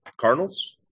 Cardinals